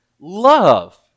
love